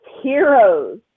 heroes